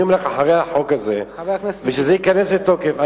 אני אומר לך שאחרי שהחוק הזה ייכנס לתוקף,